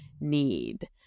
need